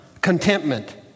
contentment